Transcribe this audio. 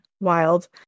wild